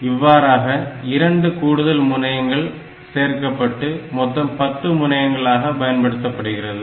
இவ்வாறாக 2 கூடுதல் முனையங்கள் சேர்க்கப்பட்டு மொத்தம் பத்து முனையங்களாக பயன்படுத்தப்படுகிறது